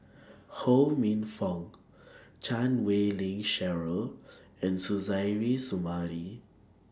Ho Minfong Chan Wei Ling Cheryl and Suzairhe Sumari